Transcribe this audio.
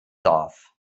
darf